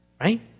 Right